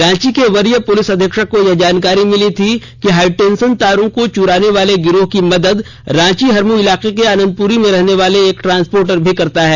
रांची वरीय पुलिस अधीक्षक को यह जानकारी मिली थी कि हाईटेंशन तारों को चुराने वाले गिरोह की रांची हरमू इलाके के आनंदपुरी में रहने वाले एक ट्रांसपोर्टर भी मदद करता है